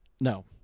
No